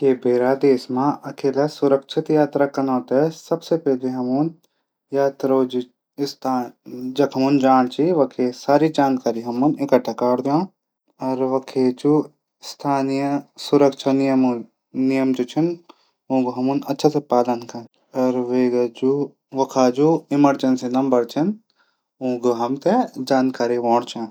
भैरा देश मा अकेला सुरक्षित यात्रा कनो कु सबसे जरूरी हमन जख हमन जाण वखा सरा जानकारी इकट्ठा कैरी दीण वखा जू स्थानीय सुरक्षा नियमों ऊंक हमन अछा से पालन कन। वखा जू इमर्जेंसी नंबर छन ऊंक हमथै जानकारी हूण चैंद।